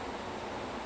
ya